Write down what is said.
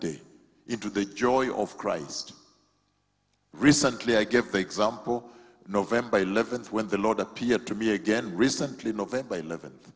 day into the joy of christ recently i gave the example nov eleventh when the lord appeared to me again recently november eleventh